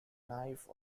knife